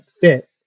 fit